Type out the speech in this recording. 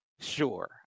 Sure